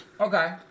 Okay